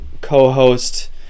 co-host